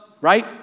right